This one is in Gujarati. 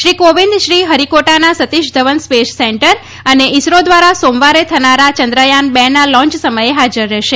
શ્રી કોવિંદ શ્રી હરિકોટાના સતીષ ધવન સ્પેશ સેન્ટર અને ઈસરો દ્વારા સોમવારે થનારા ચંદ્રયાન રના લોન્ય સમયે હાજર રહેશે